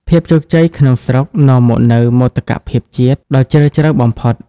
ភាពជោគជ័យក្នុងស្រុក នាំមកនូវ "មោទកភាពជាតិ" ដ៏ជ្រាលជ្រៅបំផុត។